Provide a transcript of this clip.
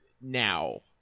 now